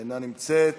אינה נמצאת,